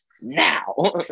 now